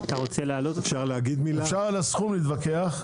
אפשר על הסכום להתווכח,